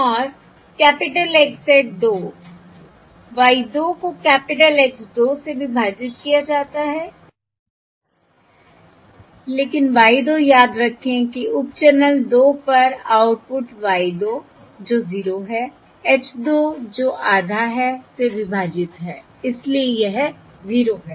और capital X hat 2 Y 2 को capital H 2 से विभाजित किया जाता है लेकिन Y 2 याद रखें कि उप चैनल 2 पर आउटपुट Y 2 जो 0 है H 2 जो आधा है से विभाजित है इसलिए यह 0 है